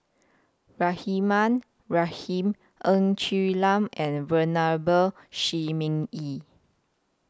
Rahimah Rahim Ng Quee Lam and Venerable Shi Ming Yi